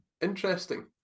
interesting